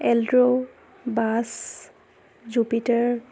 alto bus jupiter